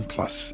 Plus